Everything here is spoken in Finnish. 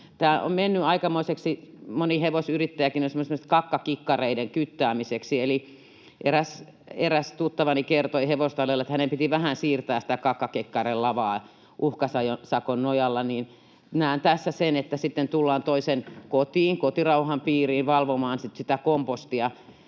tämä on mennyt aikamoiseksi — niin kuin moni hevosyrittäjäkin on sanonut — kakkakikkareiden kyttäämiseksi. Eräs tuttavani kertoi, että hänen piti hevostalleilla vähän siirtää sitä kakkakikkarelavaa uhkasakon nojalla. Näen, että tässä sitten tullaan toisen kotiin, kotirauhan piiriin, valvomaan sitä kompostia.